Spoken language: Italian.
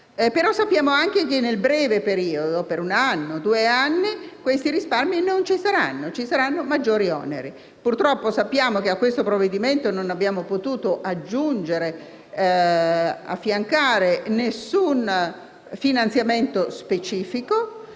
ma sappiamo anche che nel breve periodo, per uno o due anni, questi risparmi non ci saranno, ma ci saranno maggiori oneri. Purtroppo sappiamo che a questo provvedimento non abbiamo potuto affiancare alcun finanziamento specifico.